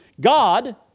God